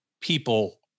people